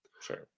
sure